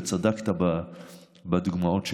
וצדקת בדוגמאות שהבאת,